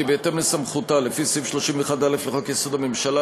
כי בהתאם לסמכותה לפי סעיף 31(א) לחוק-יסוד: הממשלה,